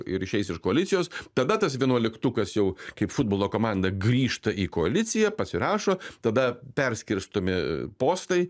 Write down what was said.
ir išeis iš koalicijos tada tas vienuoliktukas jau kaip futbolo komanda grįžta į koaliciją pasirašo tada perskirstomi postai